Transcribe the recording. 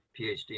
PhD